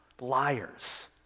Liars